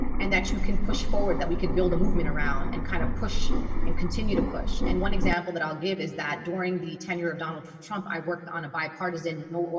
and that you can push forward that we could build a movement around and kind of push and continue to push and one example that i'll give is that during the tenure of donald trump i worked on a bipartisan no,